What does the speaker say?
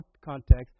context